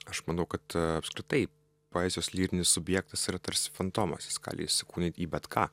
aš manau kad apskritai poezijos lyrinis subjektas yra tarsi fantomas jis gali įsikūnyt į bet ką